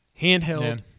Handheld